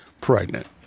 pregnant